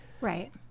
right